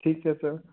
ਠੀਕ ਆ ਸਰ